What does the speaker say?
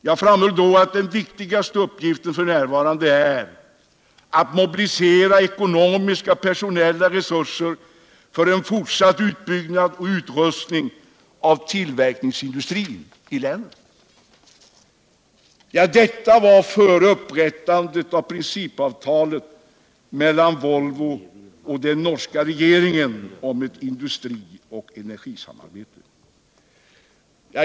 Jag framhöll då att den viktigaste uppgiften f. n. är att mobilisera ekonomiska och personella resurser för en fortsatt utbyggnad och upprustning av tillverkningsindustrin i länet. regeringen om ett industri och energisamarbete.